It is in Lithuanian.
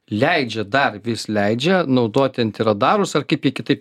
leidžia dar vis leidžia naudoti antiradarus ar kaip jie kitaip